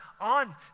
on